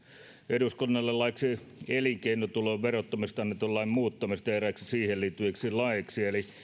eduskunnalle laiksi elinkeinotulon verottamisesta annetun lain muuttamisesta ja eräiksi siihen liittyviksi laeiksi eli